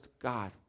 God